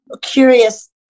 curious